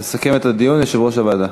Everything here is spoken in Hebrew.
כבוד היושב-ראש,